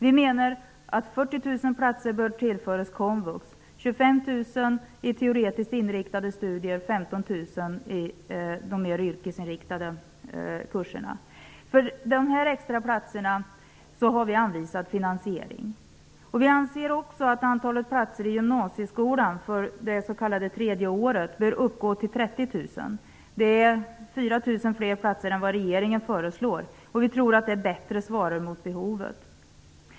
Vi menar att 40 000 platser bör tillföras komvux -- 25 000 för teoretiskt inriktade studier och 15 000 för de mer yrkesinriktade kurserna. För dessa extraplatser har vi anvisat finansieringen. Vidare anser vi att antalet platser i gymnasieskolan för det s.k. tredje året bör vara 30 000. Det är 4 000 platser fler än vad regeringen föreslår. Men vi tror att vårt förslag bättre svarar mot behovet.